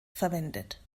verwendet